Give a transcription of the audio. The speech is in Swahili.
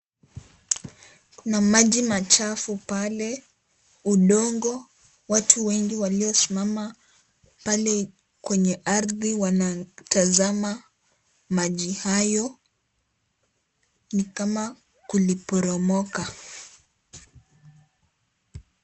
Kuna maji machafu pale, udongo, watu wengi waliosimama pale kwenye ardhini, wanatazama maji hayo ni kama kuliporomoka.